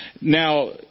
now